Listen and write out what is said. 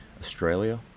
Australia